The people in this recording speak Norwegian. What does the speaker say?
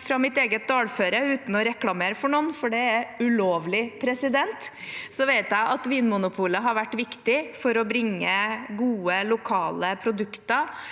Fra mitt eget dalføre – uten å reklamere for noen, for det er ulovlig – vet jeg at Vinmonopolet har vært viktig for å bringe gode, lokale produkter til